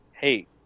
hey